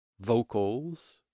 vocals